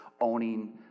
owning